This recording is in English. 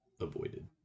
avoided